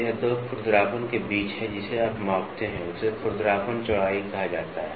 तो यह दो खुरदरापन के बीच है जिसे आप मापते हैं उसे खुरदरापन चौड़ाई कहा जाता है